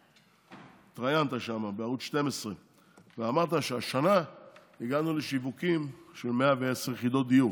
התראיינת בערוץ 12 ואמרת שהשנה הגענו לשיווק של 110 יחידות דיור.